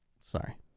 sorry